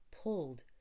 pulled